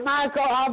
Michael